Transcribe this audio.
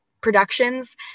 productions